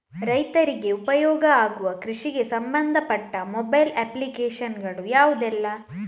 ರೈತರಿಗೆ ಉಪಯೋಗ ಆಗುವ ಕೃಷಿಗೆ ಸಂಬಂಧಪಟ್ಟ ಮೊಬೈಲ್ ಅಪ್ಲಿಕೇಶನ್ ಗಳು ಯಾವುದೆಲ್ಲ?